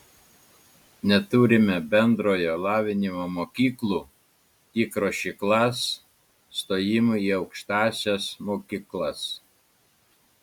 neturime bendrojo lavinimo mokyklų tik ruošyklas stojimui į aukštąsias mokyklas